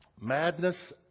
madness